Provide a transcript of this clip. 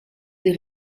des